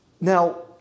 Now